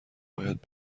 باید